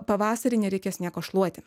pavasarį nereikės nieko šluoti